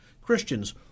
Christians